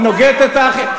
אתה תוקף את האנשים כשהם לא פה.